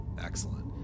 Excellent